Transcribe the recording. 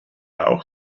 auch